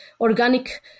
organic